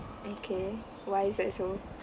okay why is that so